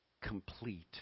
complete